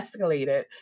escalated